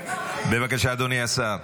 בבקשה, אדוני השר.